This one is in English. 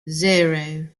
zero